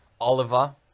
Oliver